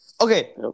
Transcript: Okay